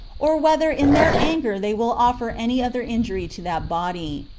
or whether in their anger they will offer any other injury to that body.